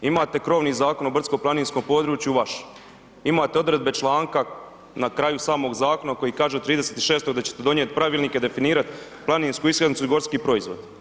Imate krovni Zakon o brdsko-planinskom području vaš, imate odredbe članka na kraju samog zakona koji kaže, 36. da ćete donijeti pravilnike, definirati planinsku iskaznicu i gorski proizvod.